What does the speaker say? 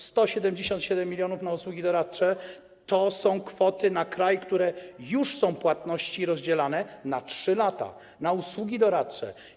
177 mln na usługi doradcze to są kwoty na kraj i już są płatności rozdzielane na 3 lata na usługi doradcze.